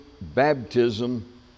baptism